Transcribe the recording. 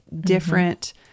different